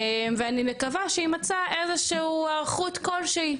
ואני מקווה שתימצא איזושהי היערכות כלשהי,